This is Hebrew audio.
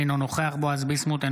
אינו נוכח בועז ביסמוט,